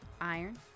Iron